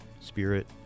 spirit